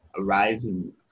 arising